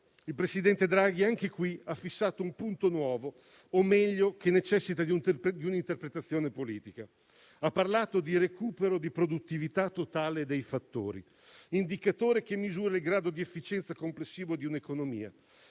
Il presidente Draghi, anche qui, ha fissato un punto nuovo o - meglio - che necessita di un'interpretazione politica. Egli ha parlato di recupero di produttività totale dei fattori, indicatore che misura il grado di efficienza complessivo di un'economia